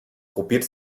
gruppiert